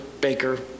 baker